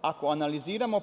Ako analiziramo